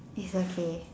it's okay